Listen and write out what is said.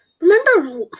remember